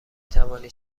توانید